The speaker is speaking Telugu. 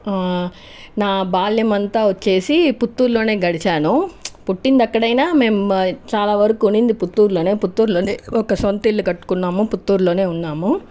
నా బాల్యం అంతా వచ్చి పుత్తూరులో గడిచాను పుట్టింది అక్కడ అయినా మేము చాలా వరకు ఉన్నది పుత్తూరులో పుత్తూరులో ఒక సొంత ఇల్లు కట్టుకున్నాము పుత్తూరులో ఉన్నాము